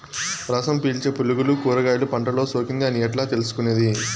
రసం పీల్చే పులుగులు కూరగాయలు పంటలో సోకింది అని ఎట్లా తెలుసుకునేది?